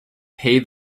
pay